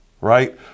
right